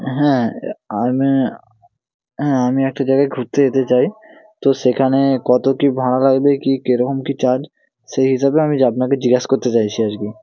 হ্যাঁ আমি হ্যাঁ আমি একটা জায়গায় ঘুরতে যেতে চাই তো সেখানে কত কী ভাড়া লাগবে কী কেরকম কী চার্জ সেই হিসাবে আমি আপনাকে জিজ্ঞেস করতে চাইছি আর কি